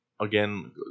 again